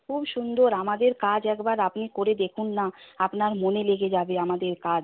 খুব সুন্দর আমাদের কাজ একবার আপনি করে দেখুন না আপনার মনে লেগে যাবে আমাদের কাজ